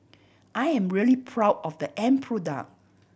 I am really proud of the end product